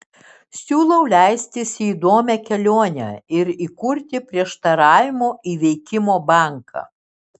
siūlau leistis į įdomią kelionę ir įkurti prieštaravimų įveikimo banką